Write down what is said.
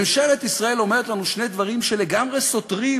ממשלת ישראל אומרת לנו שני דברים שלגמרי סותרים